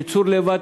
ייצור לבד,